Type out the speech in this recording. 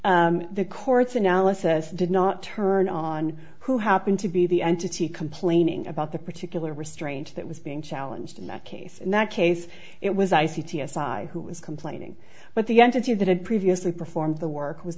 i the courts analysis did not turn on who happened to be the entity complaining about the particular restraint that was being challenged in that case in that case it was i see c s i who was complaining but the entity that had previously performed the work w